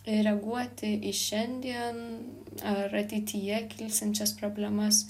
reaguoti į šiandien ar ateityje kilsiančias problemas